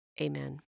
Amen